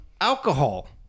Alcohol